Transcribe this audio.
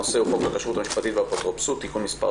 הנושא הוא חוק הכשרות המשפטית והאפוטרופסות (תיקון מס'